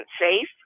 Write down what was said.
safe